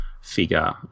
figure